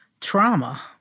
trauma